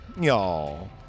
Y'all